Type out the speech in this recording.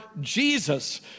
Jesus